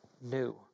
new